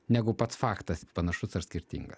negu pats faktas panašus ar skirtinga